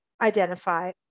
identify